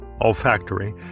olfactory